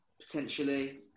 potentially